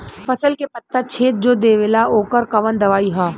फसल के पत्ता छेद जो देवेला ओकर कवन दवाई ह?